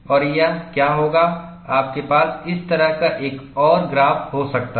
और क्या होगा आपके पास इस तरह का एक और ग्राफ हो सकता है